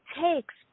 takes